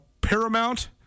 paramount—